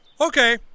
Okay